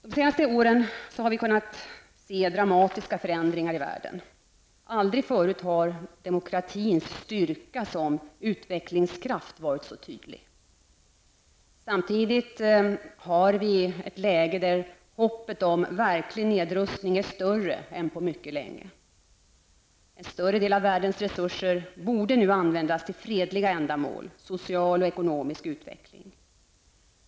De senaste åren har vi kunnat se dramatiska förändringar i världen. Aldrig förut har demokratins styrka som utvecklingskraft varit så tydlig. Samtidigt har vi ett läge där hoppet om verklig nedrustning är större än på mycket länge. En större del av världens resurser borde nu användas till fredliga ändamål, social och ekonomisk utveckling.